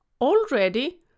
already